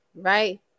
right